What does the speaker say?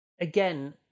again